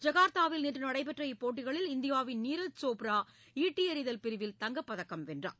ஜகார்த்தாவில் நேற்று நடைபெற்ற இப்போட்டிகளில் இந்தியாவின் நீரஜ் சோப்ரா ஈட்டியெறிதல் பிரிவில் தங்கப்பதக்கம் வென்றார்